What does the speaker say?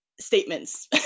statements